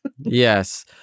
Yes